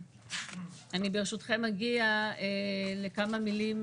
ברשותכם אגיד כמה מילים